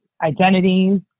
identities